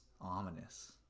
ominous